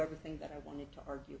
everything that i wanted to argue